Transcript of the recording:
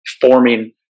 forming